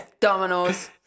dominoes